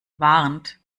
warnt